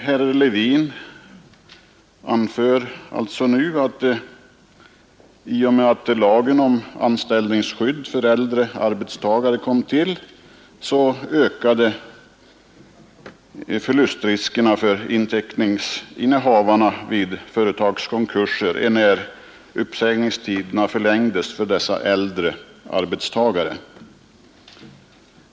Herr Levin anför nu att i och med att lagen om anställningsskydd för äldre arbetstagare kom till ökade förlustriskerna för inteckningshavarna i företagskonkurserna, enär uppsägningstiderna förlängdes för dessa äldre arbetstagare.